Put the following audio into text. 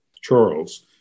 Charles